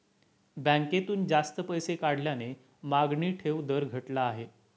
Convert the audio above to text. बँकेतून जास्त पैसे काढल्याने मागणी ठेव दर घटला आहे